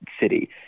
City